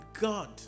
God